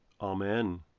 Amen